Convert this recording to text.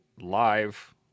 live